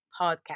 podcast